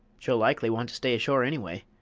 she'll likely want to stay ashore anyway.